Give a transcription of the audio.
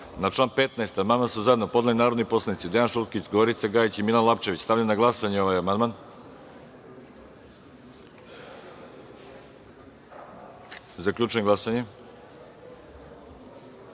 član 25. amandman su zajedno podneli narodni poslanici Dejan Šulkić, Gorica Gajić i Milan Lapčević. Stavljam na glasanje amandman. Zaključujem glasanje